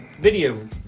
Video